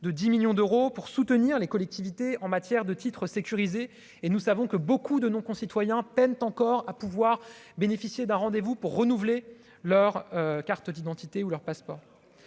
de 10 millions d'euros pour soutenir les collectivités en matière de Titres sécurisés et nous savons que beaucoup de nos concitoyens peinent encore à pouvoir bénéficier d'un rendez-vous pour renouveler leur carte d'identité ou leur passeport